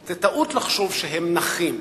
זו טעות לחשוב שהם נחים.